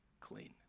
clean